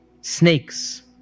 snakes